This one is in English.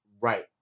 right